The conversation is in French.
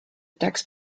taxe